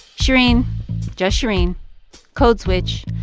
shereen just shereen code switch.